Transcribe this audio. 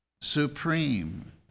supreme